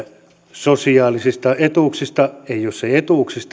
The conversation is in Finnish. sosiaalisia etuuksia ja jos ei etuuksia